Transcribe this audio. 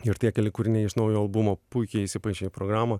ir tie keli kūriniai iš naujo albumo puikiai įsipaišė į programą